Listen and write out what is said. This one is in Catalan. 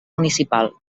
municipal